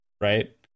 right